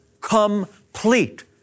complete